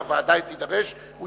אם הוועדה תידרש לכך,